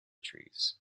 trees